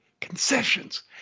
concessions